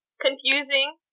Confusing